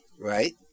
Right